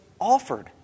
offered